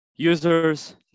Users